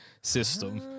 system